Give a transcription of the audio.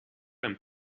and